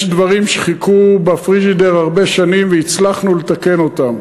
יש דברים שחיכו בפריג'ידר הרבה שנים והצלחנו לתקן אותם.